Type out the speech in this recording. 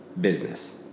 business